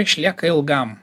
išlieka ilgam